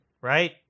Right